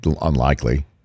Unlikely